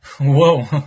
Whoa